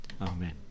amen